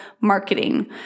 marketing